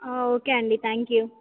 okay అండి thank you